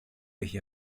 έχει